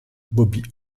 bobby